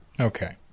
Okay